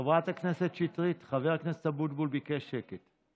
חברת הכנסת שטרית, חבר הכנסת אבוטבול ביקש שקט.